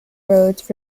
roads